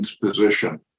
position